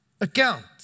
account